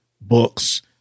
books